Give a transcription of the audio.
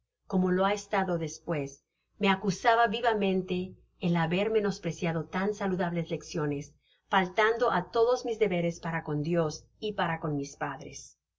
como lo ha estado despues me acusaba vivamente el haber menospreciado tan saludables lecciones faltando á todos mis deberes para con dios y para con mis padres